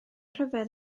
rhyfedd